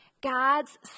God's